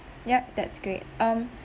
yup that's great um